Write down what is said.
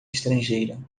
estrangeira